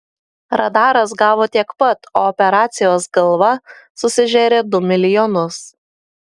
radaras gavo tiek pat o operacijos galva susižėrė du milijonus